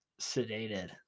Sedated